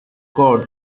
cord